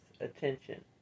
attention